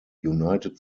united